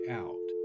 out